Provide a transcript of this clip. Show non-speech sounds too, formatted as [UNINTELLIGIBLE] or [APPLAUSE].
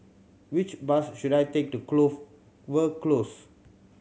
which bus should I take to Clover [UNINTELLIGIBLE] Close